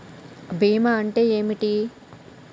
బీమా అంటే ఏమిటి?